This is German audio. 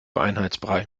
einheitsbrei